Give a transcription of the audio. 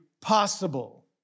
possible